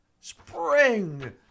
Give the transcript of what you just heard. Spring